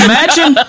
Imagine